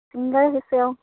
singer আহিছে অ'